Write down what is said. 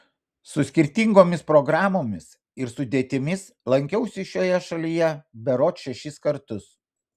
su skirtingomis programomis ir sudėtimis lankiausi šioje šalyje berods šešis kartus